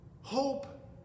hope